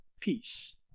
peace